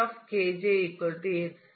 hi X